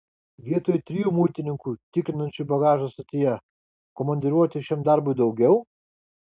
vietoj trijų muitininkų tikrinančių bagažą stotyje komandiruoti šiam darbui daugiau